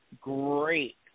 Great